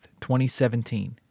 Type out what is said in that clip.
2017